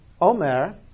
Omer